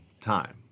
time